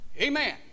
Amen